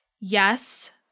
Yes